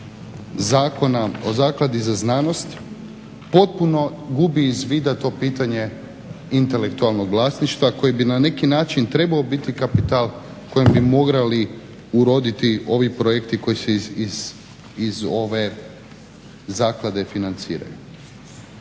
Zakona o zakladi za znanost potpuno gubi iz vida to pitanje intelektualnog vlasništva koji bi na neki način trebao biti kapital kojim bi morali uroditi ovi projekti koji se zaklade financiraju.